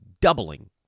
doubling